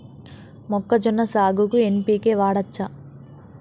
మొక్కజొన్న సాగుకు ఎన్.పి.కే వాడచ్చా?